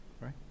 Right